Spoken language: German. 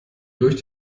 durch